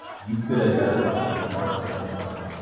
you could identify and mark could identify,